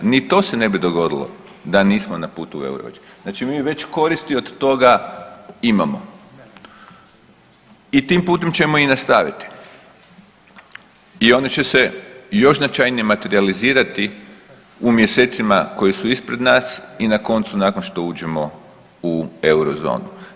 Ni to se ne bi dogodilo da nismo na putu u euro, znači mi već koristi od toga imamo i tim putem ćemo i nastaviti i oni će se još značajnije materijalizirati u mjesecima koji su ispred nas i na koncu nakon što uđemo u eurozonu.